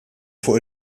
fuq